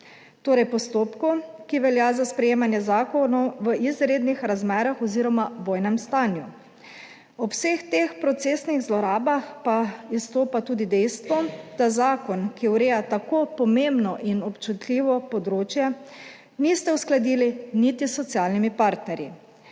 torej postopku, ki velja za sprejemanje zakonov v izrednih razmerah oziroma vojnem stanju. Ob vseh teh procesnih zlorabah pa izstopa tudi dejstvo, da zakon, ki ureja tako pomembno in občutljivo področje, niste uskladili niti s socialnimi partnerji,